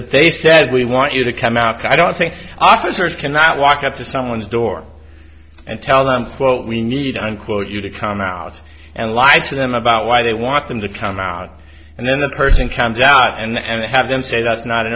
that they said we want you to come out i don't think officers cannot walk up to someone's door and tell them quote we need unquote you to come out and lie to them about why they want them to come out and then the person comes out and have them say that's not an